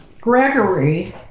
Gregory